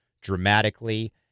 dramatically